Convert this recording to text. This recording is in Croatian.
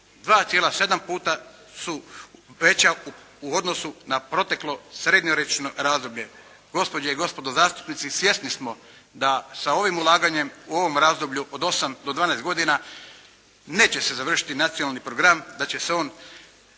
2,7 puta su veća u odnosu na proteklo srednjoročno razdoblje. Gospođe i gospodo zastupnici svjesni smo da sa ovim ulaganjem u ovom razdoblju od 8 do 12 godina, neće se završiti nacionalni program, da će se on,